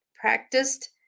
practiced